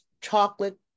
Chocolate